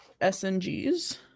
SNGs